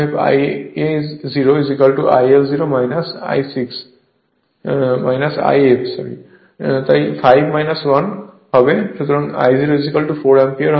অতএব Ia 0 IL 0 If তাই 5 1 সুতরাং I0 4 অ্যাম্পিয়ার